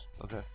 Okay